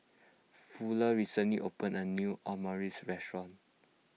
Fuller recently opened a new Omurice restaurant